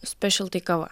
spešelty kava